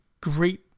great